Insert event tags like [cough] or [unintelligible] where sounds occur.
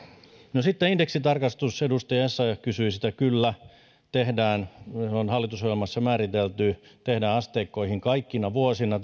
no sitten indeksitarkastus edustaja essayah kysyi siitä kyllä tehdään se on hallitusohjelmassa määritelty tehdään asteikkoihin tarkastus kaikkina vuosina [unintelligible]